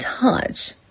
touch